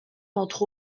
entre